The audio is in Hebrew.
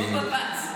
בד"ץ.